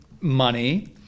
money